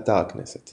באתר הכנסת